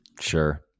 sure